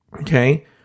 Okay